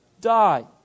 die